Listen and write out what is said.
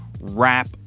rap